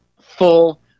full